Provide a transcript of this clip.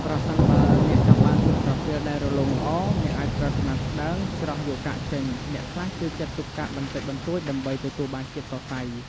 ប្រសិនបើអ្នកចង់បានទឹកប្រទាលដែលរលោងល្អ អាចប្រើក្រណាត់ស្តើង ច្រោះយកកាកចេញ អ្នកខ្លះចូលចិត្តទុកកាកបន្តិចបន្តួចដើម្បីទទួលបានជាតិសរសៃ។